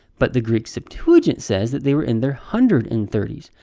but the greek septuagint says that they were in their hundred and thirty s.